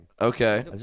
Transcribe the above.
Okay